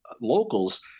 locals